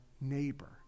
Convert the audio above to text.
neighbor